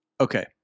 Okay